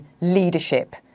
leadership